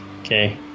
Okay